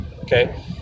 okay